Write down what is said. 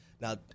Now